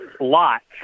lots